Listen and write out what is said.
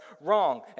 wrong